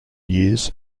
years